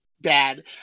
bad